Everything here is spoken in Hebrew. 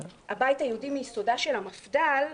הבית היהודי מיסודה של המפד"ל.